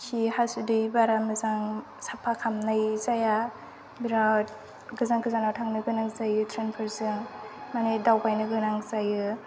खि हासुदै बारा मोजां साफा खालामनाय जाया बिराद गोजान गोजानाव थांनो गोनां जायो ट्रैनफोरजों माने दावबायनो गोनां जायो